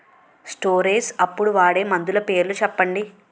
Storage అప్పుడు వాడే మందులు పేర్లు చెప్పండీ?